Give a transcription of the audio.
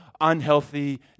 unhealthy